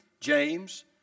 James